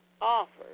offers